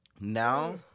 Now